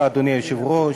אדוני היושב-ראש,